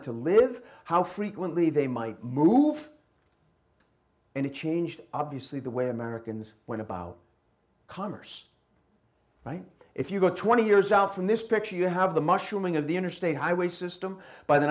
d to live how frequently they might move and it changed obviously the way americans went about commerce if you go twenty years out from this picture you have the mushrooming of the interstate highway system by the